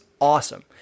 awesome